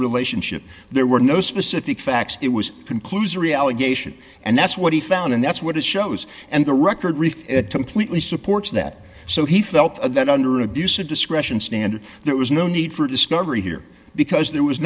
relationship there were no specific facts it was conclusory allegation and that's what he found and that's what it shows and the record reef completely supports that so he felt that under an abuse of discretion standard there was no need for discovery here because there was